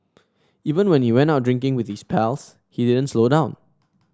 even when he went out drinking with his pals he didn't slow down